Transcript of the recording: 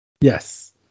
Yes